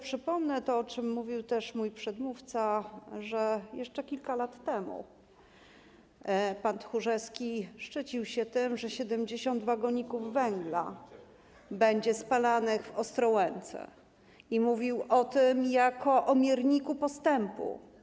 Przypomnę, mówił o tym też mój przedmówca, że jeszcze kilka lat temu pan Tchórzewski szczycił się tym, że 70 wagoników węgla będzie spalanych w Ostrołęce, mówił o tym jako o mierniku postępu.